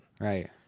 Right